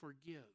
forgive